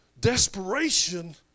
desperation